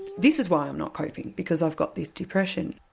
this is why i'm not coping, because i've got this depression,